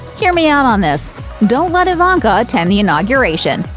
hear me out on this don't let ivanka attend the inauguration.